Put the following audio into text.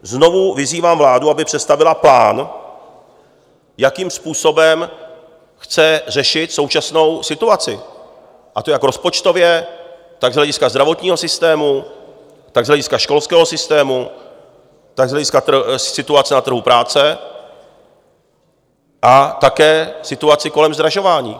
Znovu vyzývám vládu, aby představila plán, jakým způsobem chce řešit současnou situaci, a to jak rozpočtově, tak z hlediska zdravotního systému, tak z hlediska školského systému, tak z hlediska situace na trhu práce, a také situaci kolem zdražování.